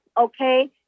okay